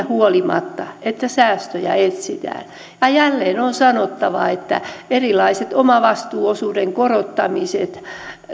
huolimatta että säästöjä etsitään ja jälleen on sanottava että kyllä erilaiset omavastuuosuuden korottamiset